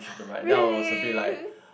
really